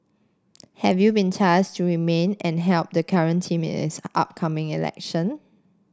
have you been tasked to remain and help the current team in its upcoming election